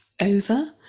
over